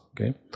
okay